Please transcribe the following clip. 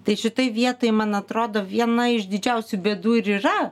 tai šitoj vietoj man atrodo viena iš didžiausių bėdų yra